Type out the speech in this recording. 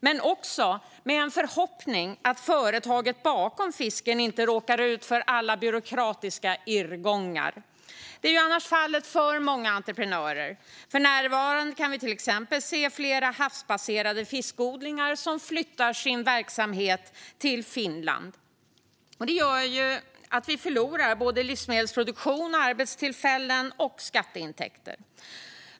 Men jag har också en förhoppning om att företaget bakom fisken inte råkar ut för alla byråkratiska irrgångar. Det är ju annars fallet för många entreprenörer. För närvarande kan vi till exempel se flera havsbaserade fiskodlingar som flyttar sin verksamhet till Finland. Det gör att vi förlorar livsmedelsproduktion, arbetstillfällen och skatteintäkter.